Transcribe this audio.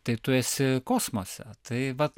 tai tu esi kosmose tai vat